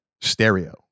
stereo